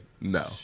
no